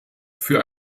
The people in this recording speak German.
für